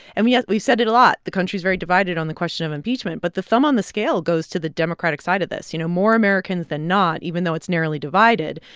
and, yes, we said it a lot. the country's very divided on the question of impeachment, but the thumb on the scale goes to the democratic side of this. you know, more americans than not, even though it's narrowly divided,